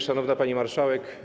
Szanowna Pani Marszałek!